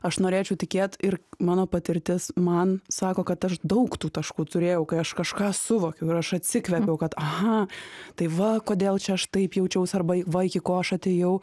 aš norėčiau tikėt ir mano patirtis man sako kad aš daug tų taškų turėjau kai aš kažką suvokiau ir aš atsikvėpiau kad aha tai va kodėl čia aš taip jaučiaus arba va iki ko aš atėjau